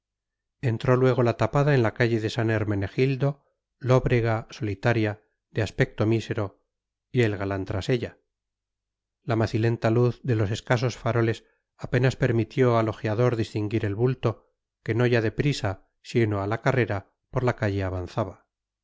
entró luego la tapada en la calle de san hermenegildo lóbrega solitaria de aspecto mísero y el galán tras ella la macilenta luz de los escasos faroles apenas permitió al ojeador distinguir el bulto que no ya de prisa sino a la carrera por la calle avanzaba